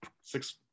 six